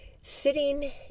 sitting